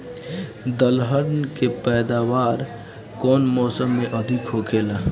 दलहन के पैदावार कउन मौसम में अधिक होखेला?